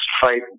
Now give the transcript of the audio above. fight